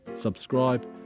subscribe